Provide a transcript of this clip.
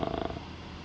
err